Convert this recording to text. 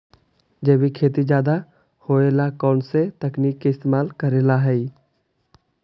जैविक खेती ज्यादा होये ला कौन से तकनीक के इस्तेमाल करेला हई?